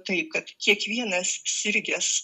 tai kad kiekvienas sirgęs